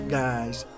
guys